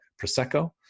Prosecco